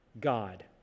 God